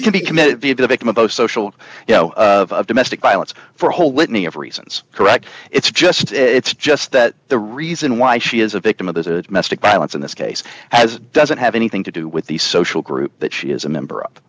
one can be committed to the victim of those social you know of domestic violence for a whole litany of reasons correct it's just it's just that the reason why she is a victim of the mystic violence in this case has doesn't have anything to do with the social group that she is a member